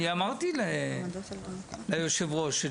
אני אמרתי ליושב ראש.